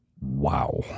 Wow